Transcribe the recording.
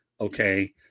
okay